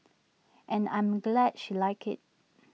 and I'm glad she liked IT